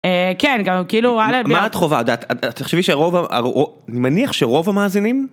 כן גם כאילו מה את חווה את תחשבי שרוב אני מניח שרוב המאזינים,